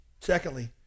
Secondly